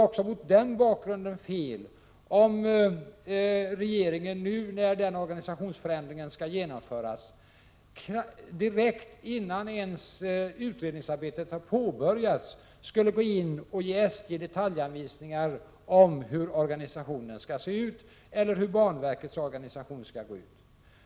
Också mot den bakgrunden vore det fel om regeringen nu, när en organisationsförändring skall genomföras, direkt och innan utredningsarbetet ens har påbörjats, skulle gå in och ge SJ detaljanvisningar om hur dess organisation skall se ut eller om hur banverkets organisation skall se ut.